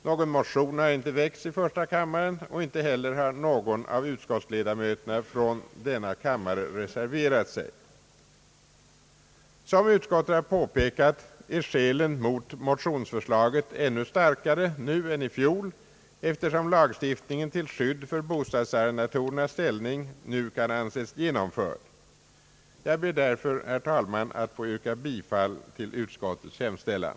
Någon motion har inte väckts i första kammaren, och inte heller har någon av utskottsledamöterna från denna kammare reserverat sig. Som utskottet har påpekat är skälen mot motionsförslaget ännu starkare nu än i fjol, eftersom lagstiftningen till skydd för bostadsarrendatorernas ställning nu kan anses genomförd. Jag ber således, herr talman, att få yrka bifall till utskottets hemställan.